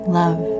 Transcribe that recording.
love